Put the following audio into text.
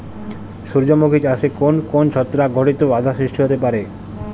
সূর্যমুখী চাষে কোন কোন ছত্রাক ঘটিত বাধা সৃষ্টি হতে পারে?